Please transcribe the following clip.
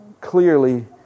clearly